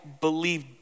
believe